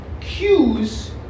cues